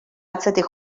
atzetik